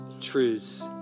truths